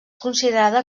considerada